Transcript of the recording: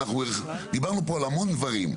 אנחנו דיברנו פה על המון דברים.